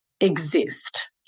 exist